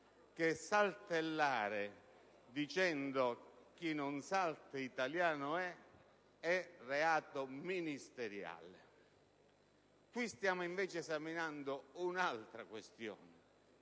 che saltellare cantando «chi non salta italiano è» era reato ministeriale. Qui stiamo invece esaminando un'altra questione,